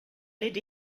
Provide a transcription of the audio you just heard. led